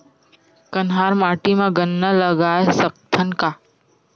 कन्हार माटी म गन्ना लगय सकथ न का?